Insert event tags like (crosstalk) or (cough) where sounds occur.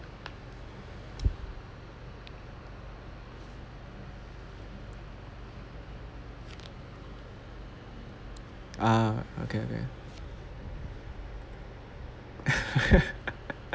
ah okay okay (laughs)